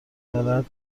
دارد